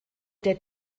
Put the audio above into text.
der